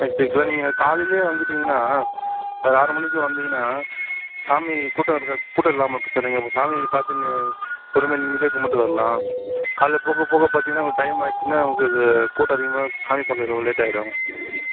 next வீக்கில் நீங்கள் காலையிலேயே வந்துவிட்டீங்கனா ஒரு ஆறு மணிக்குள்ளே வந்தீங்கனா சாமி கூட்டம் இருக்காது கூட்டம் இல்லாமல் இருக்கும் சார் நீங்கள் இப்போ சாமி பாத்து பொறுமையாக நிம்மதியாக கும்பிட்டு வரலாம் காலையில் போகப் போக பார்த்தீங்கனா உங்களுக்கு டைம் ஆச்சுனா உங்கள் கூட்டம் அதிகமாகி சாமி பாக்கிறதுல கொஞ்சம் லேட் ஆகிடும்